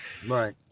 Right